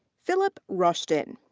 philip rushton.